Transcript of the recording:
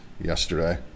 yesterday